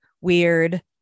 weird